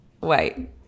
wait